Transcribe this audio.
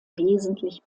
wesentlich